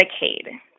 Medicaid